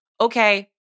okay